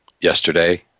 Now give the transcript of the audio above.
yesterday